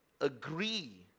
agree